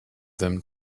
them